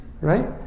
Right